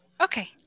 Okay